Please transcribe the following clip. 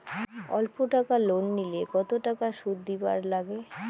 অল্প টাকা লোন নিলে কতো টাকা শুধ দিবার লাগে?